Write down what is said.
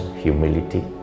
humility